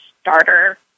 starter